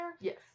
Yes